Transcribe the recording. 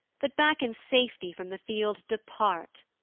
but back in safety from the field depart.